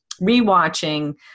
re-watching